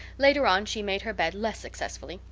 later on she made her bed less successfully,